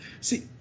See